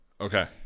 okay